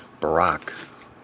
Barack